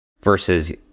versus